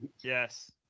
Yes